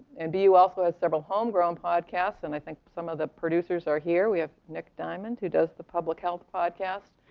and bu also has several homegrown podcasts, and i think some of the producers are here. we have nick diamond, who does the public health podcasts.